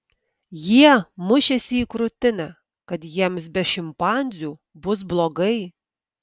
jie mušėsi į krūtinę kad jiems be šimpanzių bus blogai